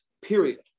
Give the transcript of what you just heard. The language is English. period